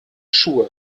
schuhe